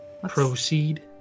Proceed